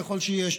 ככל שיש,